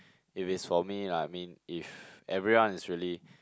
if is for me lah I mean if everyone is really